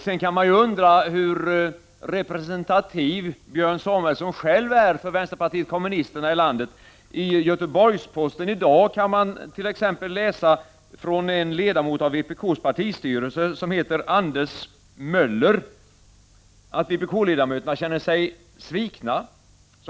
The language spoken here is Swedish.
Man kan också undra hur representativ Björn Samuelson själv är för vänsterpartiet kommunisterna i landet. I Göteborgsposten i dag kan man t.ex. läsa att en ledamot i vpk:s partistyrelse, Anders Meuller, skriver att vpk-ledamöterna känner sig svikna.